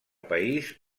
país